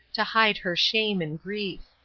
to hide her shame and grief.